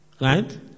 Right